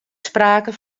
sprake